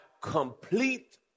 complete